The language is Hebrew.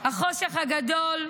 החושך הגדול,